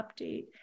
update